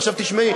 עכשיו תשמעי,